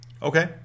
Okay